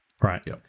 Right